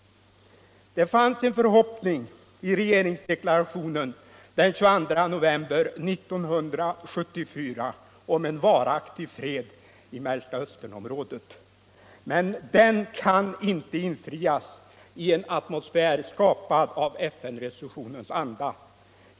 Det fanns en förhoppning i regeringsdeklarationen av den 22 november 1974 om en varaktig fred i Mellersta Östern-området. Men den kan inte infrias i en atmosfär skapad av FN-resolutionens anda.